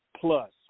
plus